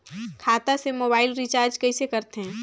खाता से mobile recharge कइसे करथे